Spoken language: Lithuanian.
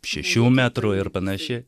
šešių metrų ir panašiai